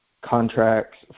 contracts